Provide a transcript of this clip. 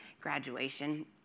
graduation